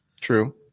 true